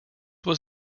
was